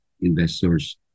investors